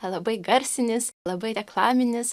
labai garsinis labai reklaminis